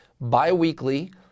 bi-weekly